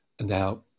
now